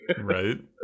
right